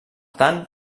tant